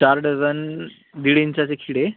चार डजन दीड इंचाचे खिळे